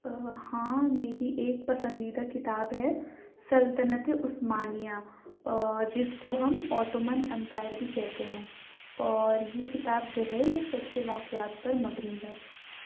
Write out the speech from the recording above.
ہاں میری ایک پسندیدہ کتاب ہے سلطنتِ عثمانیہ جس کو ہم اوٹومن ایمپائر بھی کہتے ہیں اور یہ کتاب جو ہے یہ سچے واقعات پر مبنی ہے